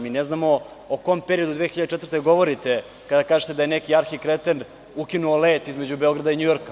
Mi ne znamo o kom periodu 2004. godine govorite kada kažete da je neki arhikreten ukinuo let između Beograda i Njujorka.